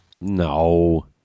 No